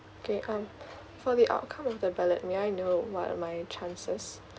okay um for the outcome of the ballot may I know what are my chances